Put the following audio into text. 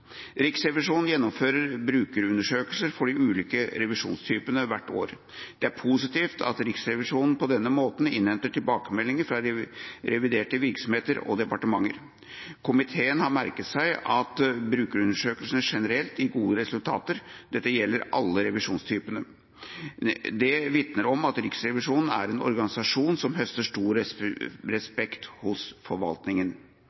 Riksrevisjonen gjennomfører brukerundersøkelser for de ulike revisjonstypene hvert år. Det er positivt at Riksrevisjonen på denne måten innhenter tilbakemeldinger fra reviderte virksomheter og departementer. Komiteen har merket seg at brukerundersøkelsene generelt gir gode resultater – dette gjelder alle revisjonstypene. Det vitner om at Riksrevisjonen er en organisasjon som høster stor respekt hos